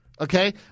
okay